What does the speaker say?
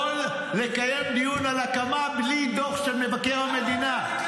אני לא יכול לקיים דיון על הקמה בלי דוח של מבקר המדינה.